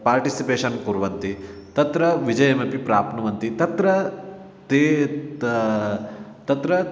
participation कुर्वन्ति तत्र विजयमपि प्राप्नुवन्ति तत्र ते ता तत्र